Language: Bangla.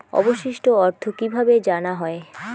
অবশিষ্ট অর্থ কিভাবে জানা হয়?